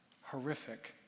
horrific